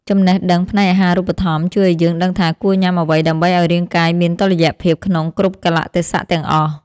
ចំណេះដឹងផ្នែកអាហារូបត្ថម្ភជួយឱ្យយើងដឹងថាគួរញ៉ាំអ្វីដើម្បីឱ្យរាងកាយមានតុល្យភាពក្នុងគ្រប់កាលៈទេសៈទាំងអស់។